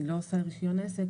אני לא עושה רישיון עסק,